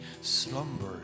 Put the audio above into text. slumber